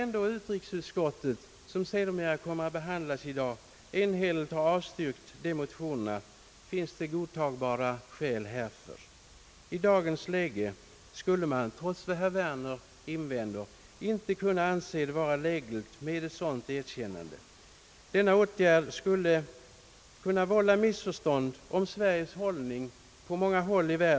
När utrikesutskottet, vars utlåtande kommer att behandlas senare i dag, ändå enhälligt avstyrkt motionerna i denna fråga, finns det godtagbara skäl härför. I dagens läge skulle det, trots vad herr Werner invänder, inte vara lägligt med ett sådant erkännande. Åtgärden skulle på många håll i världen kunna vålla missförstånd om Sveriges hållning.